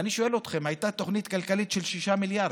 ואני שואל אתכם: הייתה תוכנית כלכלית של 6 מיליארד.